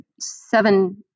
seven